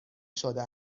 شده